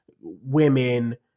women